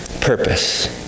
purpose